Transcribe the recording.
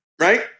right